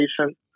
patient